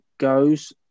goes